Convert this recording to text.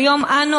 כיום אנו,